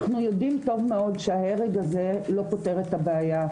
אנחנו יודעים טוב מאוד שההרג הזה לא פותר את הבעיה.